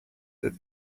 that